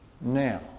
now